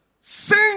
Sing